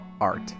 Art